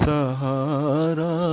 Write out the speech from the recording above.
Sahara